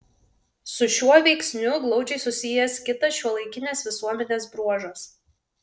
su šiuo veiksniu glaudžiai susijęs kitas šiuolaikinės visuomenės bruožas